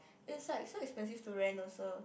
is like so expensive to rent also